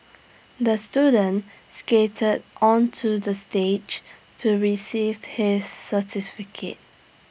the student skated onto the stage to received his certificate